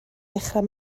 dechrau